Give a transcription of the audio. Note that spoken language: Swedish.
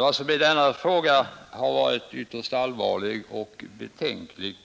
Vad som i denna fråga varit ytterst allvarligt och vanskligt